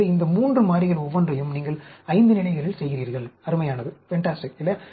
எனவே இந்த 3 மாறிகள் ஒவ்வொன்றையும் நீங்கள் 5 நிலைகளில் செய்கிறீர்கள் அருமையானது இல்லையா